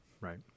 Right